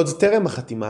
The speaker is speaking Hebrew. עוד טרם החתימה,